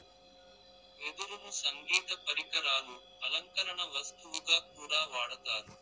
వెదురును సంగీత పరికరాలు, అలంకరణ వస్తువుగా కూడా వాడతారు